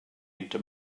into